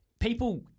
People